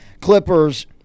Clippers